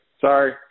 sorry